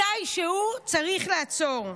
מתישהו צריך לעצור.